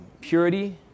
purity